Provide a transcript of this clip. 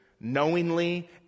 knowingly